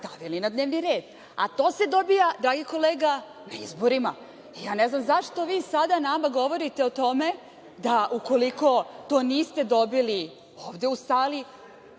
stavili na dnevni red, a to se dobija, dragi kolega, na izborima. Ja ne znam zašto vi sada nama govorite o tome da, ukoliko to niste dobili ovde u sali,